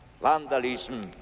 vandalism